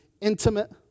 intimate